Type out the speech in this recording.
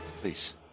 Please